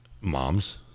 Moms